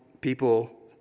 people